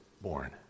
born